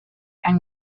and